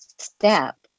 step